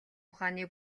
ухааны